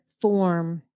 form